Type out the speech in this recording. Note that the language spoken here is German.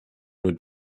nur